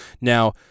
Now